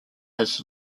his